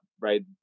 right